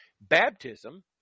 baptism